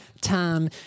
time